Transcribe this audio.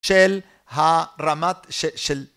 של הרמת של